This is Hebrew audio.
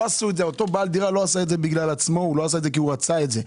אותו בעל דירה לא עשה את זה כי הוא רצה את זה,